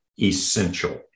Essential